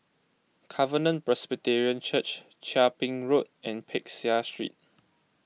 Covenant Presbyterian Church Chia Ping Road and Peck Seah Street